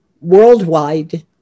worldwide